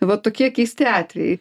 va tokie keisti atvejai